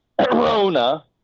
corona